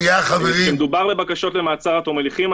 כשמדובר בבקשות למעצר עד תום ההליכים,